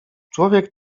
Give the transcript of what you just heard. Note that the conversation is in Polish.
człowiek